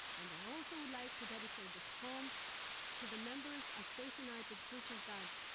and i also would like to dedicate this poem to the members of faith united church of god,